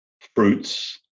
fruits